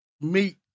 meat